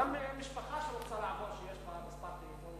גם משפחה שרוצה לעבור, שיש לה כמה טלפונים.